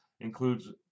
includes